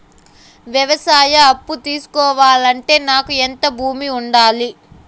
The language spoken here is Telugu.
వ్యవసాయ అప్పు తీసుకోవాలంటే నాకు ఎంత భూమి ఉండాలి?